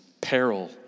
peril